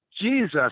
Jesus